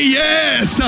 yes